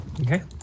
Okay